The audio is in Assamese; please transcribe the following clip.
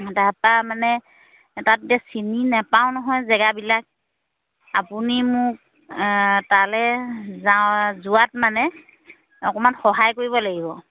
তাৰপৰা মানে তাত এতিয়া চিনি নাপাওঁ নহয় জেগাবিলাক আপুনি মোক তালৈ যাওঁ যোৱাত মানে অকণমান সহায় কৰিব লাগিব